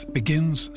begins